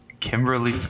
Kimberly